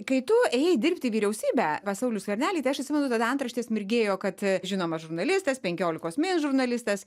kai tu ėjai dirbt į vyriausybę va saulių skvernelį tai aš atsimenu tada antraštės mirgėjo kad žinomas žurnalistas penkiolikos min žurnalistas